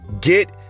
Get